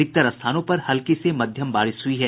अधिकांश स्थानों पर हल्की से मध्यम बारिश हुई है